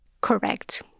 Correct